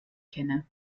kenne